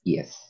Yes